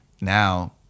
now